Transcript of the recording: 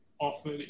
offered